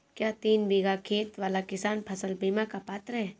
क्या तीन बीघा खेत वाला किसान फसल बीमा का पात्र हैं?